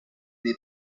dei